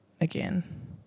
Again